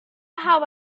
how